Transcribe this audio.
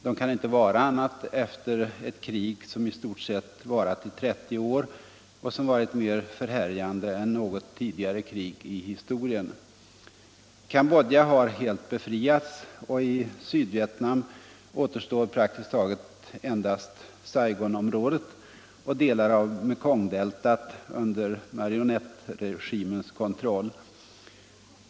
De kan inte vara annat efter ett krig som i stort sett varat i 30 år och som varit mer förhärjande än något tidigare krig i historien. Cambodja har helt befriats, och i Sydvietnam återstår praktiskt taget endast Saigon och delar av Mekongdeltat under marionettregimens kontroll.